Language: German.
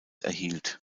erhielt